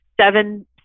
seven